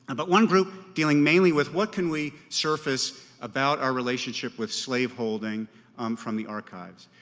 and but one group dealing mainly with what can we surface about our relationship with slave holding from the archives.